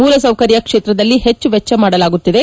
ಮೂಲ ಸೌಕರ್ಯ ಕ್ಷೇತ್ರದಲ್ಲಿ ಹೆಚ್ಚು ವೆಚ್ಚ ಮಾಡಲಾಗುತ್ತಿದೆ